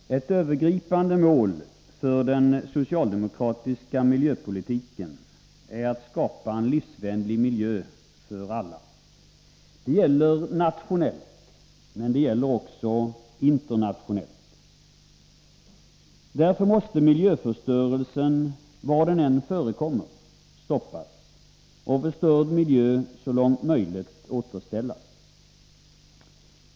Herr talman! Ett övergripande mål för den socialdemokratiska miljöpolitiken är att skapa en livsvänlig miljö för alla. Det gäller nationellt, men också internationellt. Därför måste miljöförstörelsen — var den än förekommer — stoppas och förstörd miljö så långt som möjligt återställas.